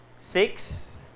Six